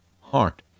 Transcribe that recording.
heart